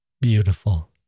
beautiful